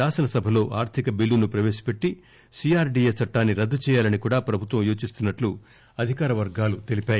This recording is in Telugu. శాసనసభలో ఆర్థిక బిల్లును ప్రవేశపెట్టి సీఆర్డీఏ చట్టాన్ని రద్దు చేయాలని కూడా ప్రభుత్వం యోచిస్తున్నట్లు అధికారవర్గాలు తెలిపాయి